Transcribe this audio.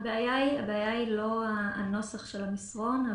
הבעיה היא לא הנוסח של המסרון,